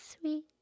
sweet